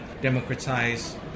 democratize